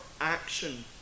action